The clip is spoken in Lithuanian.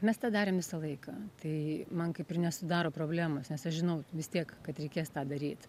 mes tą darėm visą laiką tai man kaip ir nesudaro problemos nes aš žinau vis tiek kad reikės tą daryt